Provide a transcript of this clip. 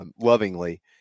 lovingly